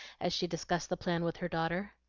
as she discussed the plan with her daughter.